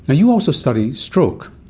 but you also study stroke.